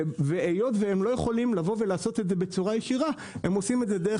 והיות שהם לא יכולים לעשות את זה בצורה ישירה הם עושים את זה דרך